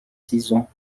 saisons